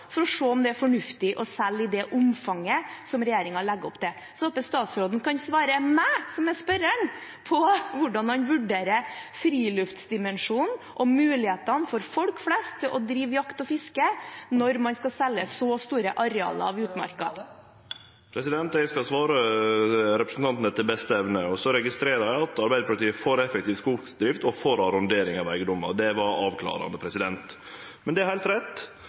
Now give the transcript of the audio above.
for å se om det er fornuftig å selge i det omfanget som regjeringen legger opp til. Så håper jeg statsråden kan svare meg – som er spørreren – på hvordan han vurderer friluftsdimensjonen og mulighetene for folk flest til å drive jakt og fiske når man skal selge så store arealer av utmarka. Eg skal svare representanten etter beste evne. Eg registrerer at Arbeidarpartiet er for effektiv skogsdrift og for arrondering av eigedomar. Det var avklarande. Men det er heilt rett